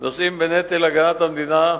נושאים בנטל הגנת המדינה,